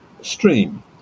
stream